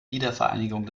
wiedervereinigung